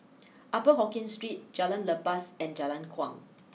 Upper Hokkien Street Jalan Lepas and Jalan Kuang